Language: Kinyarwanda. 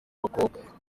b’abakobwa